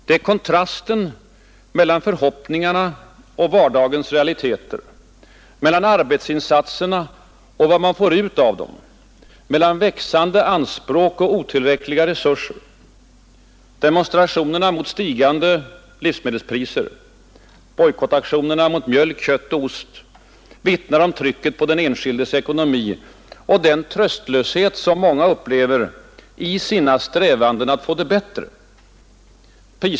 Det är kontrasten mellan förhoppningarna och vardagens realiteter, mellan arbetsinsatserna och vad man får ut av dem, mellan växande anspråk och otillräckliga resurser. Demonstrationerna mot stigande livsmedelspriser, bojkottaktionerna mot mjölk, kött och ost vittnar om trycket på den enskildes ekonomi och den tröstlöshet som många upplever i sina strävanden att få det bättre.